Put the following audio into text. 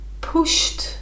pushed